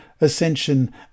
ascension